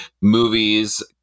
movies